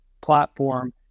platform